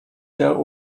der